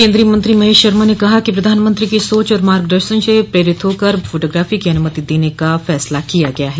केंद्रीय मंत्री महेश शर्मा ने कहा कि प्रधानमंत्री की सोच और मार्ग दर्शन से प्रेरित होकर फोटोग्राफी की अनुमति देने का फैसला किया गया है